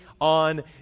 on